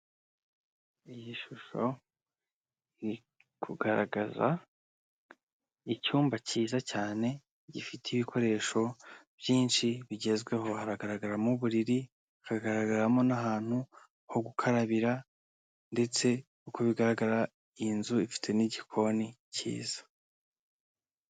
Iyi shusho iri kugaragaza icyumba cyiza cyane gifite ibikoresho byinshi bigezweho haragaragaramo uburiri hakagaragaramo n'ahantu ho gukarabira ndetse uko bigaragara iyi nzu ifite n'igikoni cyiza.